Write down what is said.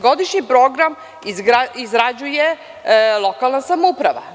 Godišnji program izrađuje lokalna samouprava.